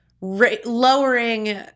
lowering